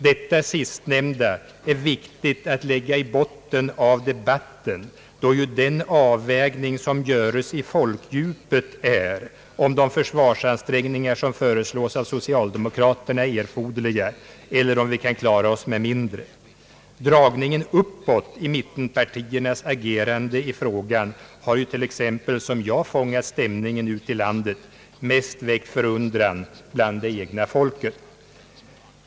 Detta sistnämnda är viktigt att lägga i botten av debatten, då den avvägning som göres i folkdjupet är huruvida de försvarsansträngningar som föreslås av socialdemokraterna är erforderliga eller om vi kan klara oss med mindre. Dragningen uppåt i mittenpartiernas agerande i frågan har — som jag fångat stämningen ute i landet — mest väckt förundran i de egna leden.